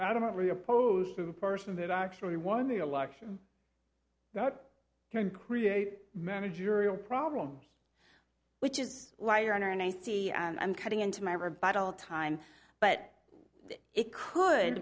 adamantly opposed to the person that actually won the election that can create managerial problems which is why your honor and i see and i'm cutting into my rebuttal time but it could